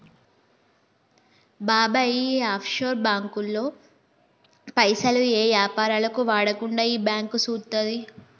బాబాయ్ ఈ ఆఫ్షోర్ బాంకుల్లో పైసలు ఏ యాపారాలకు వాడకుండా ఈ బాంకు సూత్తది